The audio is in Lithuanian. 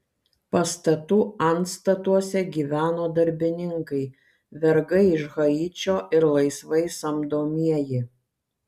pastatų antstatuose gyveno darbininkai vergai iš haičio ir laisvai samdomieji